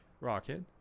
rocket